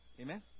Amen